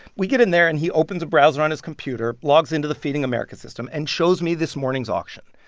we get in there, and he opens a browser on his computer, logs into the feeding america system and shows me this morning's auction.